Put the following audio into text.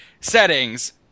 settings